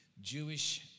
Jewish